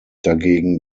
dagegen